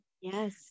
yes